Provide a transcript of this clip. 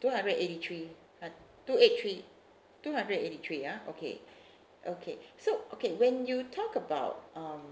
two hundred eighty three uh two eight three two hundred and eighty three ya okay okay so okay when you talk about um